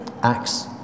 Acts